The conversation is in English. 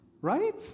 right